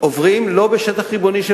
על זה אתה לא צריך אפילו